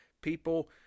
people